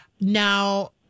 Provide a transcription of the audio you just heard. now